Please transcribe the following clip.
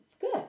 Good